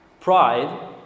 Pride